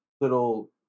little